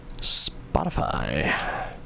Spotify